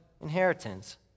inheritance